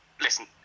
listen